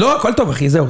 לא, הכל טוב אחי, זהו,